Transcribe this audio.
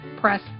press